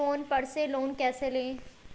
Phone पर से loan कैसे लें?